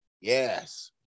Yes